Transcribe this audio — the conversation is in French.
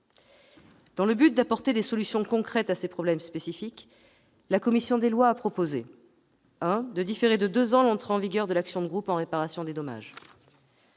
Dans le but d'apporter des solutions concrètes à ces problèmes spécifiques, la commission des lois a proposé de différer de deux ans l'entrée en vigueur de l'action de groupe en réparation des dommages